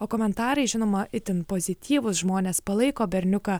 o komentarai žinoma itin pozityvūs žmonės palaiko berniuką